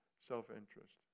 self-interest